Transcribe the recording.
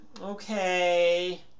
okay